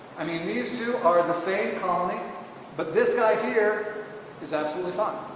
i mean these two are the same colony but this guy here is absolutely fine.